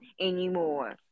anymore